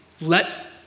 let